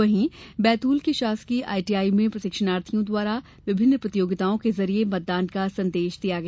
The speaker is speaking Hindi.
वहीं बैतूल के शासकीय आईटीआई में प्रशिक्षणार्थियों द्वारा विभिन्न प्रतियोगिताओं के जरिए मतदान का संदेश दिया गया